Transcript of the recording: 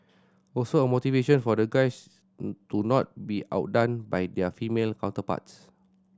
also a motivation for the guys to not be outdone by their female counterparts